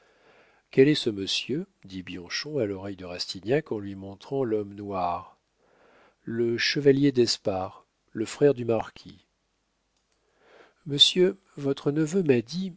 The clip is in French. quel est ce monsieur dit bianchon à l'oreille de rastignac en lui montrant l'homme noir le chevalier d'espard le frère du marquis monsieur votre neveu m'a dit